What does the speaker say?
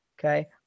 Okay